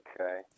Okay